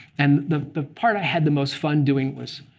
and the the part i had the most fun doing was